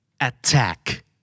Attack